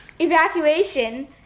evacuation